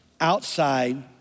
outside